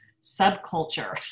subculture